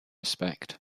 respect